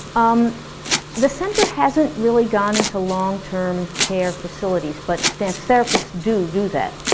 um the center hasn't really gone into long-term care facilities, but dance therapists do do that.